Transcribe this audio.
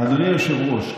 אדוני היושב-ראש,